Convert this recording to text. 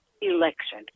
election